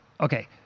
Okay